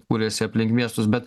kūrėsi aplink miestus bet